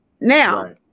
Now